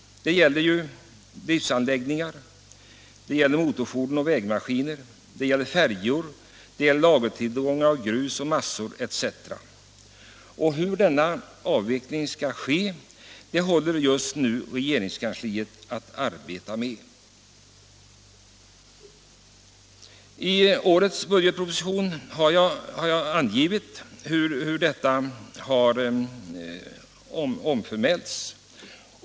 Det gäller ju driftsanläggningar, motorfordon, vägmaskiner, färjor, lagertillgångar av grus och massor etc. Frågan om hur denna avveckling skall ske håller just nu regeringskansliet på att arbeta med. Jag har angivit hur detta omförmäls i årets budgetproposition.